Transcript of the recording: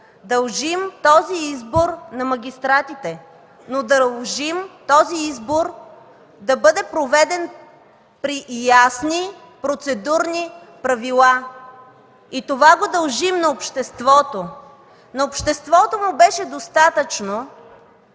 дължим този избор на магистратите, но дължим този избор да бъде проведен при ясни процедурни правила. Това дължим на обществото. На обществото му беше достатъчно,